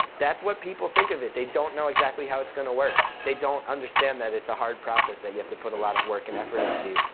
that's what people think of it, they don't know exactly how it's going to work. they don't understand that it's a hard process, that you have to put a lot of work and effort into